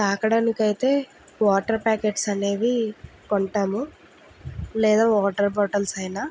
తాగడానికి అయితే water packets అనేవి కొంటాము లేదా వాటర్ బాటిల్స్ అయిన